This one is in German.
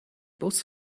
bus